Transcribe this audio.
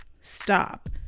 stop